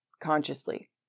consciously